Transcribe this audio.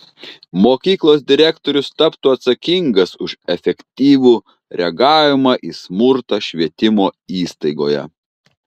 mokyklos direktorius taptų atsakingas už efektyvų reagavimą į smurtą švietimo įstaigoje